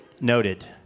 Noted